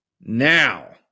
Now